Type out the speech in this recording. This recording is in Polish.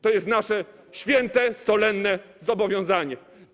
To jest nasze święte, solenne zobowiązanie.